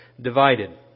divided